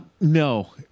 No